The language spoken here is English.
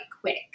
quick